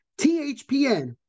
THPN